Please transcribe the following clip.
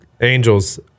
Angels